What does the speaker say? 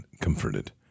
Comforted